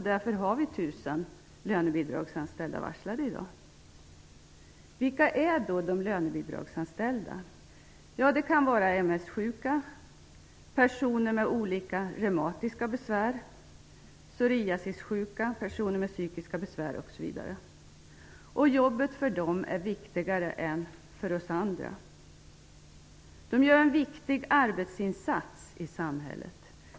Därför är det 1 000 Vilka är då de lönebidragsanställda? Ja, det kan vara MS-sjuka personer, personer med olika reumatiska besvär, psoriasissjuka, personer med psykiska besvär osv. Jobbet är för dessa viktigare än för oss andra. De gör en viktig arbetsinsats i samhället.